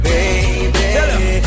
Baby